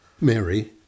Mary